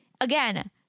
again